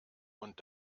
und